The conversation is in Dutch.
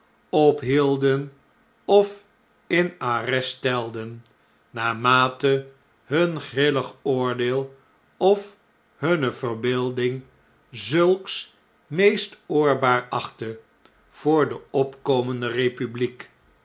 ophielden of in arrest stelden naarmate hun grillig oordeel of hunne verbeelding zulks meest oorbaar achtte voor de opkomende republiek